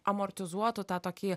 amortizuotų tą tokį